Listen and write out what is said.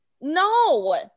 no